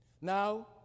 Now